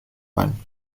ein